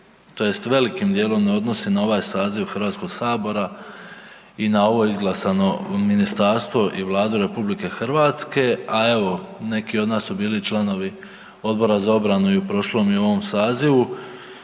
tj. velikim dijelom ne odnosi na ovaj saziv Hrvatskog sabora i na ovo izglasano ministarstvo i Vladu RH, a evo neki od nas su bili članovi Odbora za obranu i u prošlom i u ovom sazivu